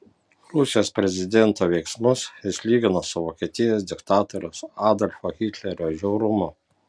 rusijos prezidento veiksmus jis lygino su vokietijos diktatoriaus adolfo hitlerio žiaurumu